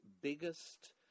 biggest